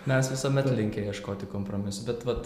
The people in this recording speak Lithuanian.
mes visuomet linkę ieškoti kompromisų bet vat